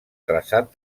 traçat